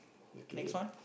next one